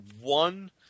one